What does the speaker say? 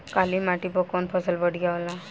काली माटी पर कउन फसल बढ़िया होला?